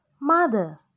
Mother